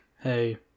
hey